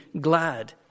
glad